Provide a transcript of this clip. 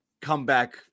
comeback